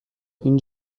این